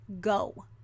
Go